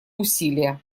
усилия